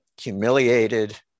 humiliated